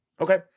Okay